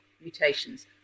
mutations